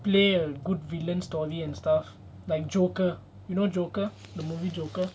play a good villain story and stuff like joker you know joker the movie joker